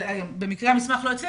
במקרה המסמך לא אצלי,